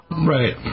Right